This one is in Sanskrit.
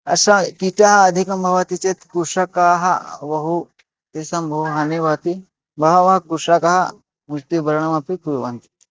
अस्य कीटाः अधिकं भवन्ति चेत् कृषकाः बहु तेषां बहु हानिः भवति बहवः कृषकाः वृत्तिवरणमपि कुर्वन्ति